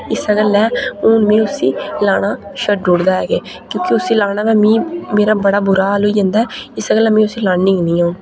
इस्सा गल्ला हून मेंउसी लाना छड्डू उड़े दा के क्योंकि उसी लान्नां ते मेरा बड़ा बुरा हाल होई जंदा ऐ इस्सै गल्ला मीं उसी लाने गी नी ऐं हून